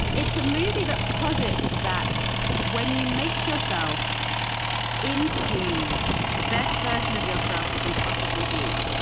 it's a movie that posits that when you make yourself into the best version of yourself you can possibly be,